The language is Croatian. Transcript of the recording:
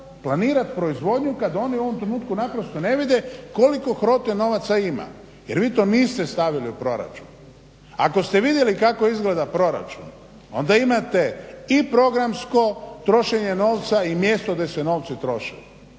planirat proizvodnju kad oni u ovom trenutku naprosto ne vide koliko HROTE novaca ima jer vi to niste stavili u proračun. Ako ste vidjeli kako izgleda proračun onda imate i programsko trošenje novca i mjesto gdje se novci troše.